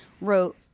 wrote